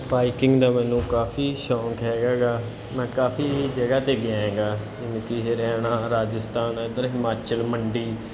biking ਦਾ ਮੈਨੂੰ ਕਾਫੀ ਸ਼ੌਂਕ ਹੈਗਾ ਗਾ ਮੈਂ ਕਾਫੀ ਜਗ੍ਹਾ 'ਤੇ ਗਿਆ ਹੈਗਾ ਜਿਵੇਂ ਕਿ ਹਰਿਆਣਾ ਰਾਜਸਥਾਨ ਇੱਧਰ ਹਿਮਾਚਲ ਮੰਡੀ